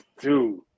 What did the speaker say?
dude